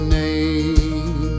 name